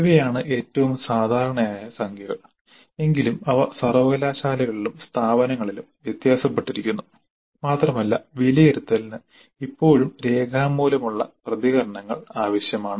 ഇവയാണ് ഏറ്റവും സാധാരണമായ സംഖ്യകൾ എങ്കിലും അവ സർവ്വകലാശാലകളിലും സ്ഥാപനങ്ങളിലും വ്യത്യാസപ്പെട്ടിരിക്കുന്നു മാത്രമല്ല വിലയിരുത്തലിന് ഇപ്പോഴും രേഖാമൂലമുള്ള പ്രതികരണങ്ങൾ ആവശ്യമാണ്